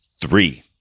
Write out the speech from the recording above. Three